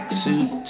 suit